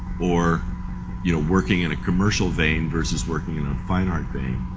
or you know working in a commercial vein versus working in a fine art vein.